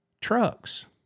trucks